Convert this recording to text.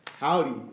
Howdy